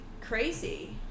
crazy